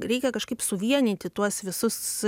reikia kažkaip suvienyti tuos visus